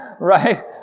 right